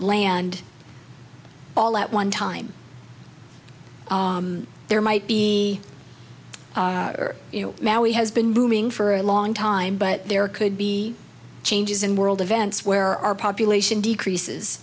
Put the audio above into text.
land all at one time there might be you know he has been booming for a long time but there could be changes in world events where our population decreases